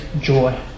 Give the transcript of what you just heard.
joy